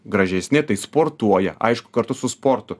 gražesni tai sportuoja aišku kartu su sportu